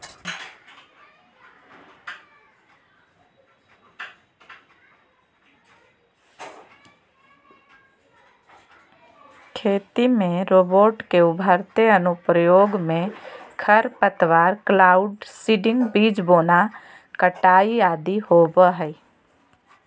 खेती में रोबोट के उभरते अनुप्रयोग मे खरपतवार, क्लाउड सीडिंग, बीज बोना, कटाई आदि होवई हई